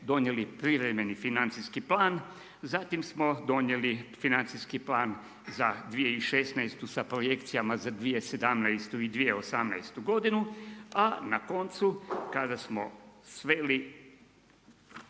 donijeli privremeni financijski plan, zatim smo donijeli financijski plan za 2016. sa projekcijama za 2017. i 2018. godinu a na koncu kada smo sveli